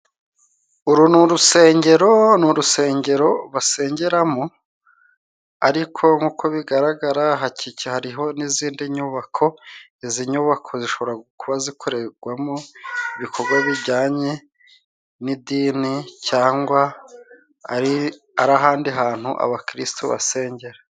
Uru ni urusengero, ni urusengero basengeramo ariko nkuko bigaragara hakicyariho n'izindi nyubako. Izi nyubako zishobora kuba zikorerwamo ibikorwa bijyanye n'idini cyangwa ari ahandi hantu abakristo basengera.